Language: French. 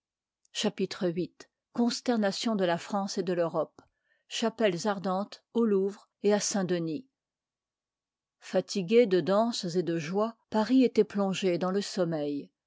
atnfctchapitre viii consternation de la france et de v europe chapelles ardentes au louvre et à saint denis fatigué de danses et de joie paris et oit plongé dans le sommeil